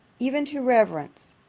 even to reverence,